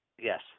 yes